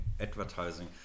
advertising